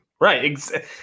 Right